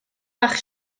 bach